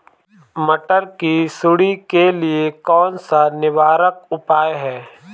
मटर की सुंडी के लिए कौन सा निवारक उपाय है?